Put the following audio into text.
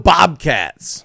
Bobcats